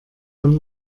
von